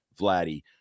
Vladdy